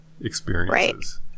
experiences